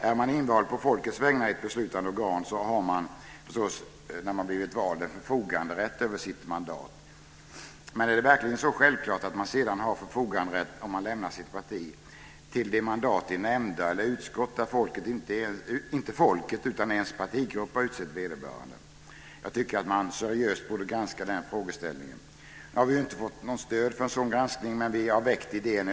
Är man invald på folkets vägnar i ett beslutande organ har man förstås när man blivit vald en förfoganderätt över sitt mandat. Men är det verkligen så självklart att man sedan har förfoganderätt - om man lämnar sitt parti - till de mandat i nämnder eller utskott där inte folket utan ens partigrupp har utsett vederbörande? Jag tycker att man seriöst borde granska den frågeställningen. Nu har vi inte fått något stöd för en sådan granskning, men vi har väckt idén.